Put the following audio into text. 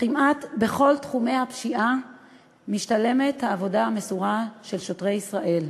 כמעט בכל תחומי הפשיעה משתלמת העבודה המסורה של שוטרי ישראל.